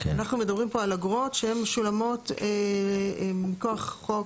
אנחנו מדברים פה על אגרות שהן משולמות מכוח חוק,